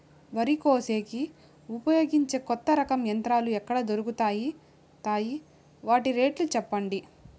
వరి కోసేకి ఉపయోగించే కొత్త రకం యంత్రాలు ఎక్కడ దొరుకుతాయి తాయి? వాటి రేట్లు చెప్పండి?